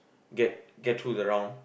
get get through the round